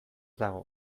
dago